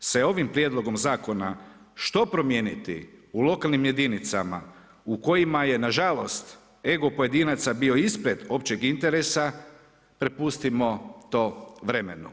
se ovim prijedlogom zakona što promijeniti u lokalnim jedinicama u kojima je nažalost ego pojedinaca bio ispred općeg interesa, prepustimo to vremenu.